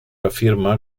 afirma